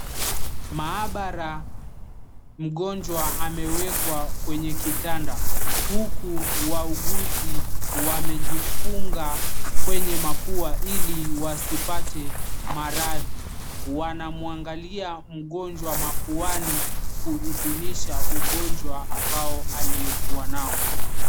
Maabara mgonjwa amewekwa kwenye kitanda huku wauguzi wamejifunga kwenye mapua ili wasipate maradhi. Wanamuangalia mgonjwa mapuani kuidhinisha ugonjwa ambao aliokua nao.